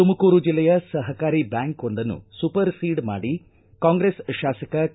ತುಮಕೂರು ಜಿಲ್ಲೆಯ ಸಹಕಾರಿ ಬ್ಯಾಂಕ್ವೊಂದನ್ನು ಸೂಪರ್ ಸೀಡ್ ಮಾಡಿ ಕಾಂಗ್ರೆಸ್ ಶಾಸಕ ಕೆ